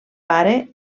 pare